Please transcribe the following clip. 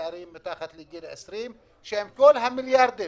לצעירים מתחת לגיל 20, שעם כל המיליארדים